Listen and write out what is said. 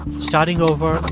starting over,